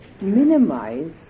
minimize